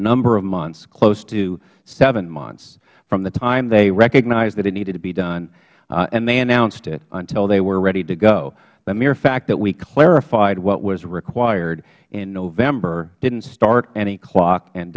number of months close to hmonths from the time they recognized that it needed to be done and they announced it until they were ready to go the mere fact that we clarified what was required in november didn't start any clock and